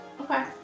Okay